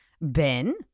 Ben